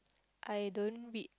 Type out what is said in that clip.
I don't read